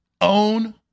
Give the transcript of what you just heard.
own